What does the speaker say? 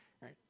right